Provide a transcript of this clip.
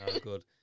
good